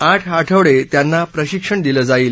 आठ आठवडे त्यांना प्रशिक्षण दिलं जाईल